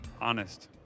Honest